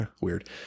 weird